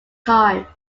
time